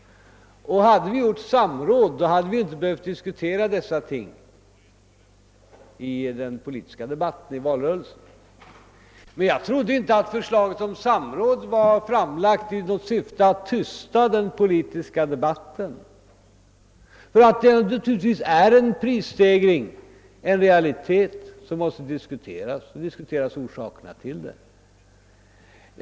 Hade vi haft ett samråd hade vi inte behövt diskutera dessa ting i den politiska debatten i valrörelsen. Men jag trodde inte att förslaget om samråd var framlagt för att tysta den politiska debatten. För naturligtvis är en prisstegring en realitet som måste diskuteras — speciellt orsakerna till den.